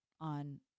on